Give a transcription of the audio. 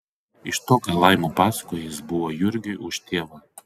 iš to ką laima pasakojo jis buvo jurgiui už tėvą